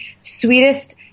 sweetest